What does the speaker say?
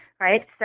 Right